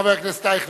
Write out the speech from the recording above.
חבר הכנסת אייכלר,